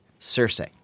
Cersei